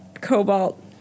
cobalt